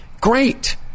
Great